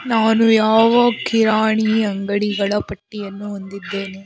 ನಾನು ಯಾವ ಕಿರಾಣಿ ಅಂಗಡಿಗಳ ಪಟ್ಟಿಯನ್ನು ಹೊಂದಿದ್ದೇನೆ